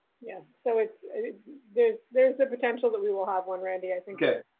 yeah. so it's there it's there is the potential that we will have one, randy, i think. okay.